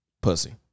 Pussy